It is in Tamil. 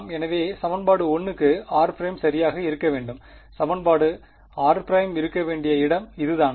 எனவே சமன்பாடு 1 க்கு r′ சரியாக இருக்க வேண்டும் சமன்பாட்டிற்கு r′ இருக்க வேண்டிய இடம் இதுதானா